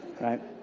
right